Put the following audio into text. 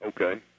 Okay